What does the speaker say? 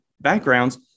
backgrounds